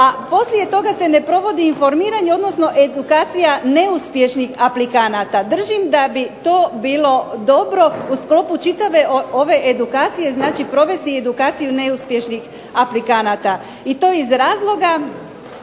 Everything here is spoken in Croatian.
A poslije toga se ne provodi informiranje odnosno edukacija neuspješnih aplikanata. Držim da bi to bilo dobro u sklopu čitave ove edukacije, znači provesti edukaciju neuspješnih aplikanata i to iz razloga